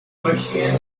persians